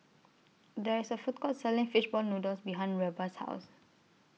There IS A Food Court Selling Fish Ball Noodles behind Reba's House